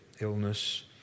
illness